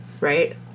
Right